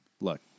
look